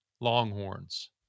longhorns